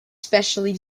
specially